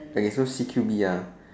okay so C_Q_B ah